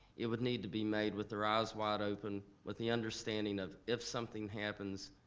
it would need to be made with their eyes wide open, with the understanding of if something happens,